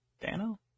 Dano